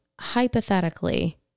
hypothetically